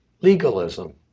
legalism